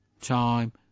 time